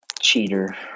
cheater